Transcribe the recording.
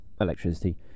electricity